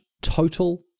total